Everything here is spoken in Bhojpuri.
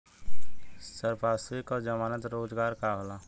संपार्श्विक और जमानत रोजगार का होला?